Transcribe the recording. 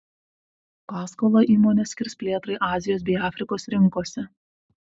paskolą įmonė skirs plėtrai azijos bei afrikos rinkose